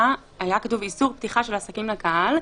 היה כתוב: איסור פתיחה של עסקים לקהל,